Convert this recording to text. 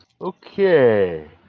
Okay